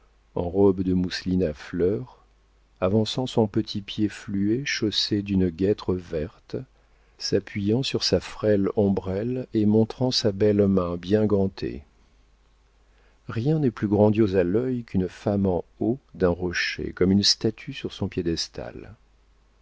en robe de mousseline à fleurs avançant son petit pied fluet chaussé d'une guêtre verte s'appuyant sur sa frêle ombrelle et montrant sa belle main bien gantée rien n'est plus grandiose à l'œil qu'une femme en haut d'un rocher comme une statue sur son piédestal